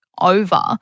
over